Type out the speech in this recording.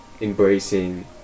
Embracing